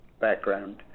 background